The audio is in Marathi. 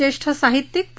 ज्येष्ठ साहित्यिक पु